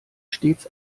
stets